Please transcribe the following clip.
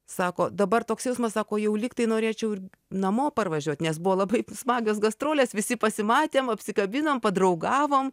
sako dabar toks jausmas sako jau lygtai norėčiau ir namo parvažiuot nes buvo labai smagios gastrolės visi pasimatėm apsikabinom padraugavom